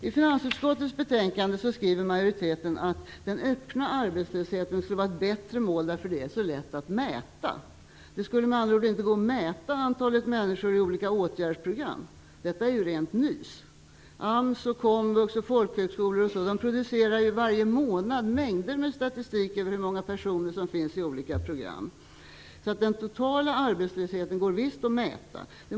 I finansutskottets betänkande skriver majoriteten att den öppna arbetslösheten skulle vara ett bättre mål därför att den är så lätt att mäta. Det skulle med andra ord inte gå att mäta antalet människor i olika åtgärdsprogram. Detta är rent nys! AMS, komvux, folkhögskolor m.fl. producerar varje månad mängder med statistik över hur många personer som finns i olika program. Den totala arbetslösheten går visst att mäta.